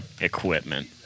equipment